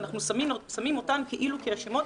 ושמים אותן כאילו כאשמות.